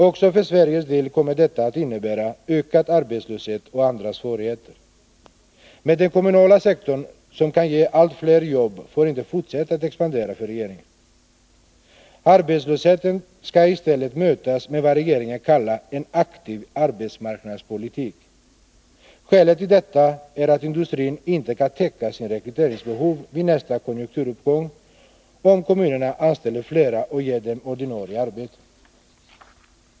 Också för Sveriges del kommer detta att innebära ökad arbetslöshet och andra svårigheter. Men den kommunala sektorn, som kan ge allt fler jobb, får inte fortsätta att expandera för regeringen. Arbetslösheten skall i stället mötas med vad regeringen kallar en aktiv arbetsmarknadspolitik. Skälet till detta är att industrin inte kan ”täcka sitt rekryteringsbehov” vid nästa konjunkturuppgång, om kommunerna anställer flera och ger dem ordinarie arbete.